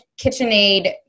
KitchenAid